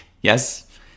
Yes